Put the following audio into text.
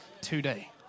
today